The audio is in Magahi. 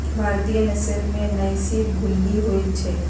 भारतीय नसल में भइशी भूल्ली होइ छइ